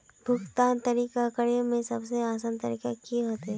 भुगतान करे में सबसे आसान तरीका की होते?